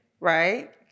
right